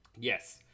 Yes